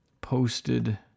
posted